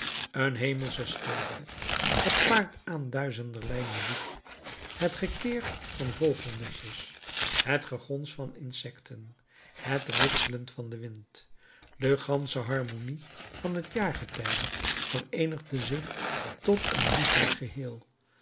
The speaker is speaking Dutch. een hemelsche stilte gepaard aan duizenderlei muziek het gekir der vogelnestjes het gegons van insecten het ritselen van den wind de gansche harmonie van het jaargetijde vereenigde zich tot een liefelijk geheel